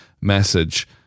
message